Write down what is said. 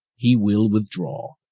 he will withdraw,